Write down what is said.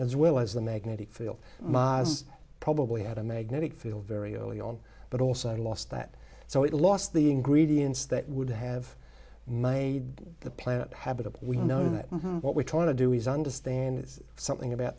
as well as the magnetic field mas probably had a magnetic field very early on but also i lost that so it lost the ingredients that would have made the planet habitable we know that what we're trying to do is understand is something about